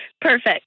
Perfect